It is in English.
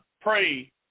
pray